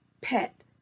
pet